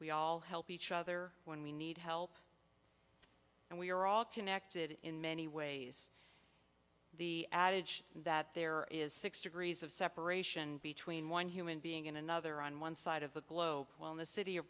we all help each other when we need help and we are all connected in many ways the adage that there is six degrees of separation between one human being and another on one side of the globe while in the city of